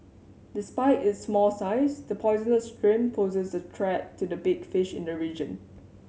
despite its small size the poisonous shrimp poses a threat to the big fish in the region